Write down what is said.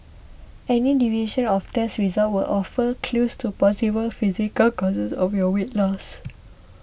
any deviation of test results will offer clues to possible physical causes of your weight loss